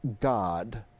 God